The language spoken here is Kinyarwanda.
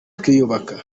twiyubaka